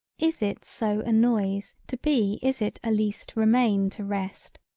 is it so a noise to be is it a least remain to rest,